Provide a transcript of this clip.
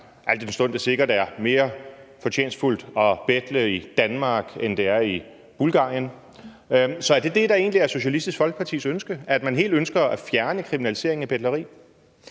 al den stund det sikkert er mere fortjenstfuldt at betle i Danmark, end det er i Bulgarien. Så er det det, der egentlig er Socialistisk Folkepartis ønske, altså at man helt ønsker at fjerne kriminaliseringen af betleri?